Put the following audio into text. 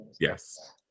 Yes